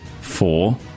four